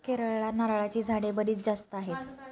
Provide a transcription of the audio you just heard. केरळला नारळाची झाडे बरीच जास्त आहेत